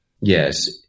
Yes